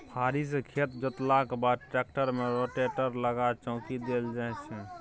फारी सँ खेत जोतलाक बाद टेक्टर मे रोटेटर लगा चौकी देल जाइ छै